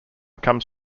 comes